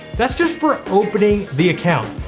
that's just for opening the account,